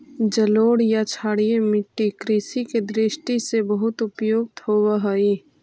जलोढ़ या क्षारीय मट्टी कृषि के दृष्टि से बहुत उपयुक्त होवऽ हइ